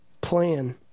plan